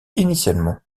initialement